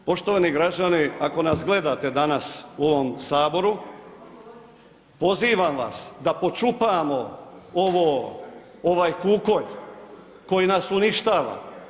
Poštovani građani, ako nas gledate danas u ovom saboru, pozivam vas da počupamo ovo, ovaj kukolj koji nas uništava.